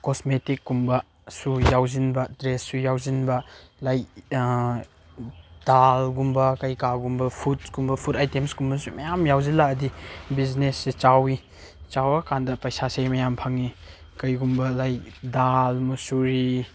ꯀꯣꯁꯃꯦꯇꯤꯛꯀꯨꯝꯕꯁꯨ ꯌꯥꯎꯁꯤꯟꯕ ꯗ꯭ꯔꯦꯁꯁꯨ ꯌꯥꯎꯁꯤꯟꯕ ꯂꯥꯏꯛ ꯗꯥꯜꯒꯨꯝꯕ ꯀꯩꯀꯥꯒꯨꯝꯕ ꯐꯨꯠꯁꯀꯨꯝꯕ ꯐꯨꯠ ꯑꯥꯏꯇꯦꯝꯁꯀꯨꯝꯕꯁꯨ ꯃꯌꯥꯝ ꯌꯥꯎꯁꯤꯜꯂꯛꯑꯗꯤ ꯕꯤꯖꯤꯅꯦꯁꯁꯦ ꯆꯥꯎꯏ ꯆꯥꯎꯔ ꯀꯥꯟꯗ ꯄꯩꯁꯥꯁꯦ ꯃꯌꯥꯝ ꯆꯪꯏ ꯀꯔꯤꯒꯨꯝꯕ ꯂꯥꯏꯛ ꯗꯥꯜ ꯃꯨꯁꯨꯔꯤ